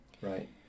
Right